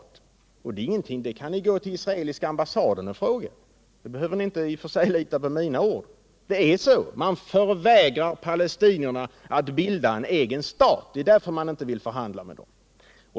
Detta är ingenting hemligt, utan det kan ni gå till den israeliska ambassaden och fråga om; ni behöver i och för sig inte lita på mina ord. Men det är så: man förvägrar palestinierna att bilda en egen stat, och det är därför som man inte vill förhandla med dem.